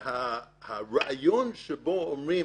הרעיון שאומרים